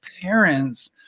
parents